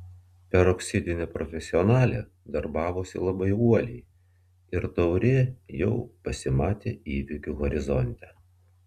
peroksidinė profesionalė darbavosi labai uoliai ir taurė jau pasimatė įvykių horizonte